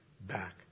back